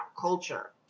culture